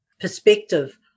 perspective